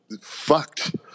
fucked